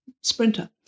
sprinter